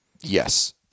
yes